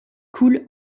coule